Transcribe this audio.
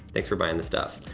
thanks for buying the stuff.